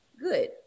good